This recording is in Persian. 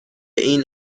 این